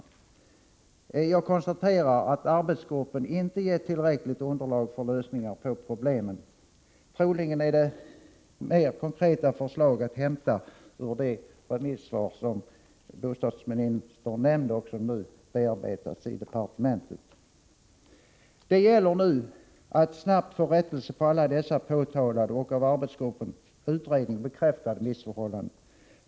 Jag konstaterar att arbetsgruppen inte fått fram tillräckligt underlag för lösningar på problemen. Troligen finns det mer konkreta förslag att hämta i de remissvar som bostadsministern nämnde och som nu bearbetas i departementet. Det gäller nu att snabbt få rättelse på alla dessa påtalade och av arbetsgruppens utredning bekräftade missförhållanden.